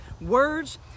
Words